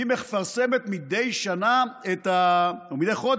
מפרסמת מדי חודש